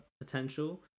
potential